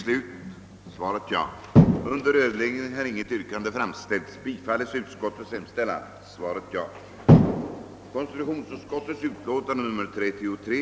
landstingskommun att bevilja anslag till